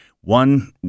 One